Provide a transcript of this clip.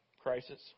crisis